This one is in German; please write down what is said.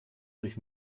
durch